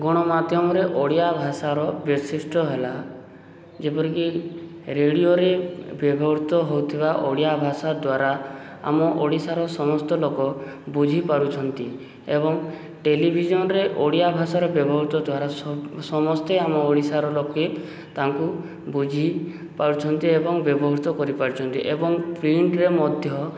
ଗଣମାଧ୍ୟମରେ ଓଡ଼ିଆ ଭାଷାର ବୈଶିଷ୍ଠ୍ୟ ହେଲା ଯେପରିକି ରେଡ଼ିଓରେ ବ୍ୟବହୃତ ହେଉଥିବା ଓଡ଼ିଆ ଭାଷା ଦ୍ୱାରା ଆମ ଓଡ଼ିଶାର ସମସ୍ତ ଲୋକ ବୁଝିପାରୁଛନ୍ତି ଏବଂ ଟେଲିଭିଜନରେ ଓଡ଼ିଆ ଭାଷାର ବ୍ୟବହୃତ ଦ୍ୱାରା ସମସ୍ତେ ଆମ ଓଡ଼ିଶାର ଲୋକେ ତାଙ୍କୁ ବୁଝିପାରୁଛନ୍ତି ଏବଂ ବ୍ୟବହୃତ କରିପାରୁଛନ୍ତି ଏବଂ ପ୍ରିଣ୍ଟରେ ମଧ୍ୟ